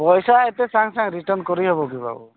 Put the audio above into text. ପଇସା ଏତେ ସାଙ୍ଗେ ସାଙ୍ଗେ ରିଟର୍ଣ୍ଣ କରିହେବ କି ବାବୁ